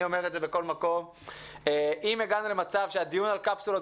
אם הגענו למצב שהדיון האם לקיים קפסולות